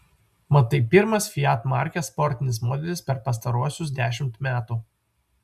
mat tai pirmas fiat markės sportinis modelis per pastaruosius dešimt metų